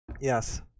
yes